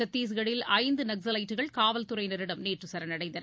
சத்தீஸ்கட்டில் ஐந்து நக்ஸவைட்டுகள் காவல்துறையினரிடம் நேற்று சரணடைந்தனர்